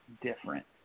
different